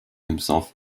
himself